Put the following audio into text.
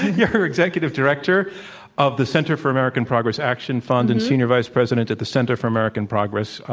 you're executive director of the center for american progress action fund and senior vice president at the center for american progress.